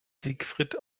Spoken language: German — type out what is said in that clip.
siegfried